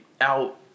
out